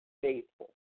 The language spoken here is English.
faithful